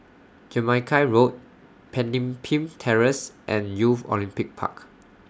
Jamaica Road Pemimpin Terrace and Youth Olympic Park